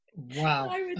Wow